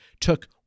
took